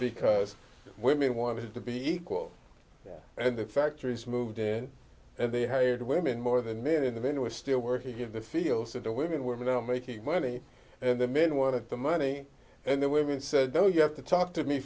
because women wanted to be equal and the factories moved in and they hired women more than men and the men were still working in the fields that the women were now making money and the men wanted the money and the women said oh you have to talk to me